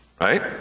right